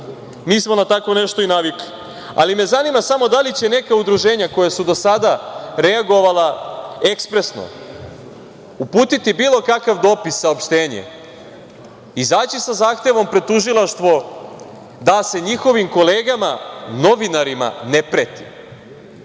Mi smo na tako nešto i navikli. Ali me zanima samo da li će neka udruženja koja su do sada reagovala ekspresno, uputiti bilo kakav dopis, saopštenje, izaći sa zahtevom pred tužilaštvo da se njihovim kolegama, novinarima, ne preti?